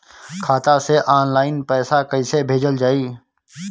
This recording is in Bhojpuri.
खाता से ऑनलाइन पैसा कईसे भेजल जाई?